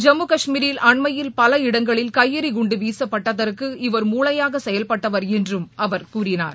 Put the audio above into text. ஜம்மு கஷ்மீரில் அண்மையில் பல இடங்களில் கையெறிகுண்டு வீசப்பட்டதற்கு இவர் மூளையாக செயல்பட்டவர் என்றும் அவர் கூறினார்